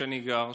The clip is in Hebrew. שאני גר בה,